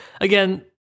again